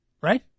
Right